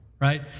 right